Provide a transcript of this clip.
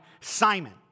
Simon